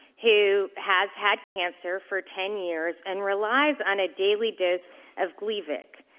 who has had cancer for ten years and relies on a daily dose of gleevec,